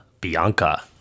Bianca